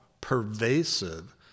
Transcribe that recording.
pervasive